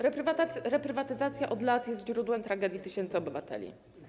Reprywatyzacja od lat jest źródłem tragedii tysięcy obywateli.